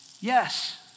Yes